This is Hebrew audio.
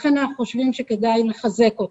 לכן, אנחנו חושבים שכדאי לחזק אותו.